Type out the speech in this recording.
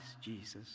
Jesus